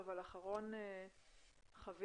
אבל אחרון חביב,